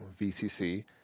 VCC